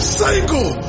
single